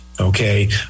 okay